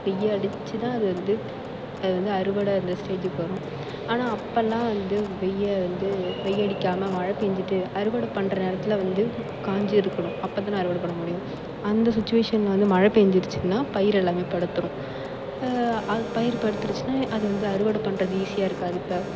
வெய்ல் அடிச்சு தான் அது வந்து அது வந்து அறுவடை அந்த ஸ்டேஜுக்கு வரும் ஆனால் அப்பெல்லாம் வந்து வெய்ல் வந்து வெய்ல் அடிக்காமல் மழை பெஞ்சிட்டு அறுவடை பண்ணுற நேரத்தில் வந்து காஞ்சிருக்கணும் அப்போ தான் அறுவடை பண்ண முடியும் அந்த சுச்சிவேஷன்ல வந்து மழை பெஞ்சிடுச்சின்னா பயிர் எல்லாமே படுத்திரும் பயிர் படுத்திருச்சின்னா அது வந்து அறுவடை பண்ணுறது ஈஸியாக இருக்காது இப்போ